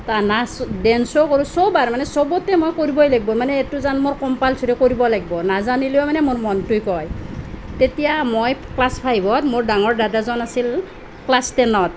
নাচ ডেন্সো কৰোঁ সব আৰু মানে সবতেই মই কৰিবয়েই লাগিব মানে এইটো যেন মোৰ কম্পালচৰি কৰিবই লাগিব নাজানিলেও মানে মোৰ মনটোৱে কয় তেতিয়া মই ক্লাছ ফাইভত মোৰ ডাঙৰ দাদাজন আছিল ক্লাছ টেনত